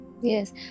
Yes